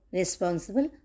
responsible